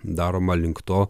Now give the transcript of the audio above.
daroma link to